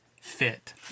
fit